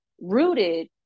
rooted